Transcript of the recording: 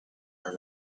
her